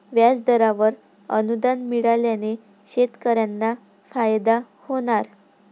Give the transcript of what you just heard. व्याजदरावर अनुदान मिळाल्याने शेतकऱ्यांना फायदा होणार